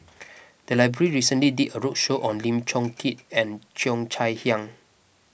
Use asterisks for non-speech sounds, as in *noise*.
*noise* the library recently did a roadshow on Lim Chong Keat and Cheo Chai Hiang